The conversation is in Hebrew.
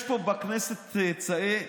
יש פה בכנסת צאצאים